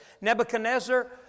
Nebuchadnezzar